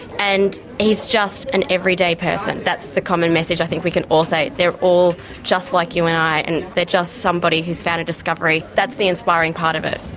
and he's just an everyday person. that's the common message i think we can all say, they're all just like you and i, and they're just somebody who's found a discovery. that's the inspiring part of it.